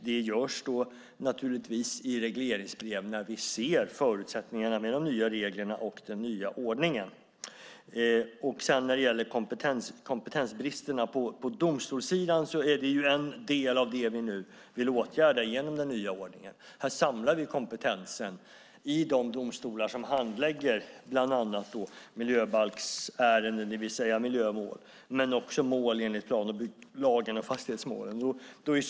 Det görs naturligtvis i regleringsbrev när vi ser förutsättningarna för de nya reglerna och den nya ordningen. Kompetensbristen hos domstolarna är något av det vi vill åtgärda med den nya ordningen. Vi samlar kompetensen i de domstolar som handlägger bland annat miljöbalksärenden, det vill säga miljömål, men också mål enligt plan och bygglagen och fastighetsmål.